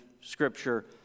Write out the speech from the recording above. Scripture